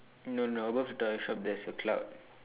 no no above the shop there's a cloud